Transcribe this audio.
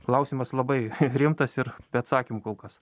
klausimas labai rimtas ir be atsakymų kol kas